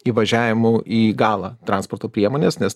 įvažiavimų į galą transporto priemonės nes